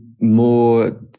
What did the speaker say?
More